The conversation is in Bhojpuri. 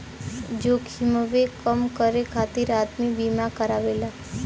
जोखिमवे कम करे खातिर आदमी बीमा करावेला